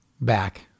back